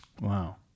Wow